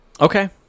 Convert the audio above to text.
Okay